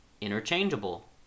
interchangeable